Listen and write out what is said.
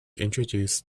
introduced